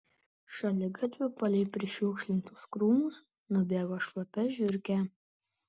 šaligatviu palei prišiukšlintus krūmus nubėgo šlapia žiurkė